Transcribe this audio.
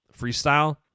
freestyle